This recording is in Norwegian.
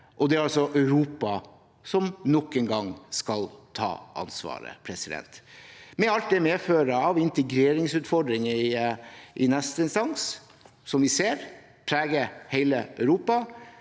det er altså Europa som nok en gang skal ta ansvaret med alt det medfører av integreringsutfordringer i neste instans, noe vi ser preger hele Europa.